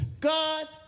God